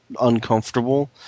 uncomfortable